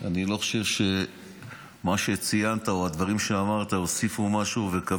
אני לא חושב שמה שציינת או הדברים שאמרת הוסיפו משהו וכבוד,